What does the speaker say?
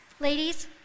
Ladies